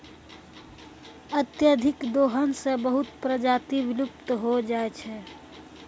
अत्यधिक दोहन सें बहुत प्रजाति विलुप्त होय जाय छै